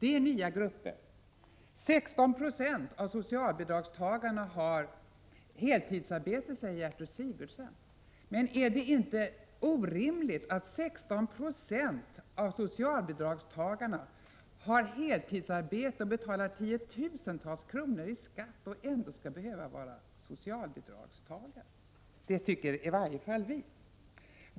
16 Ze av socialbidragstagarna har heltidsarbete, säger Gertrud Sigurdsen. Men är det inte orimligt att 16 20 av socialbidragstagarna har heltidsarbete och betalar tiotusentals kronor i skatt och ändå skall behöva vara socialbidragstagare? Vi tycker i varje fall att det är orimligt.